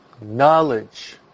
knowledge